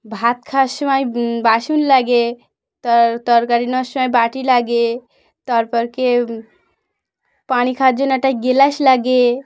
ভাত খাওয়ার সময় বাসন লাগে তার তরকারি নেওয়ার সময় বাটি লাগে তারপর কি পানি খাওয়ার জন্য একটা গেলাস লাগে